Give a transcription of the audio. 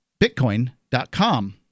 Bitcoin.com